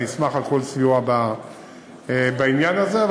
ואני אשמח על כל סיוע בעניין הזה.